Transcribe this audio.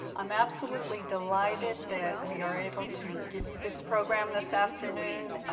i'm absolutely delighted that we are able to give you this program this afternoon.